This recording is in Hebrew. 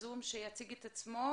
איכות החיים,